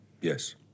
Yes